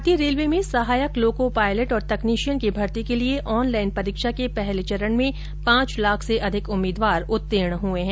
भारतीय रेलवे में सहायक लोको पायलट और तकनीशियन की भर्ती के लिए ऑन लाइन परीक्षा के पहले चरण में पांच लाख से अधिक उम्मीदवार उत्तीर्ण हुए हैं